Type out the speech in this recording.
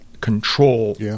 control